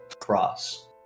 Cross